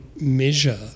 measure